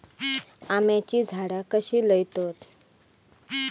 आम्याची झाडा कशी लयतत?